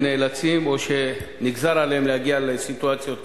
שנאלצים או שנגזר עליהם להגיע לסיטואציות כאלה.